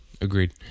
Agreed